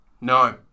No